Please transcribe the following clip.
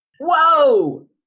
Whoa